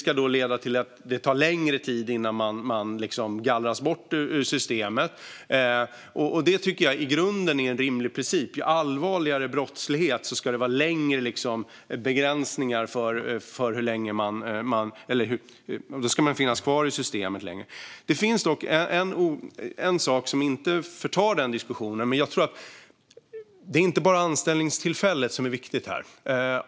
Ju grövre det är, desto längre tid ska det ta innan man gallras bort ur systemet. Det tycker jag i grunden är en rimlig princip. Vid allvarligare brottslighet ska man finnas kvar i systemet längre. Något som inte förtar diskussionen är att det inte bara är anställningstillfället som är viktigt i detta.